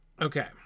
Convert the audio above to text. okay